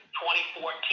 2014